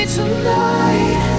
tonight